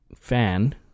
fan